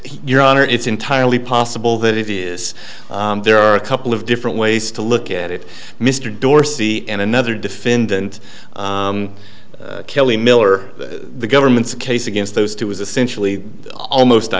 your honor it's entirely possible that if he is there are a couple of different ways to look at it mr dorsey and another defendant kelly miller the government's case against those two was essentially almost